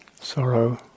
sorrow